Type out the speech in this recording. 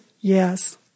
Yes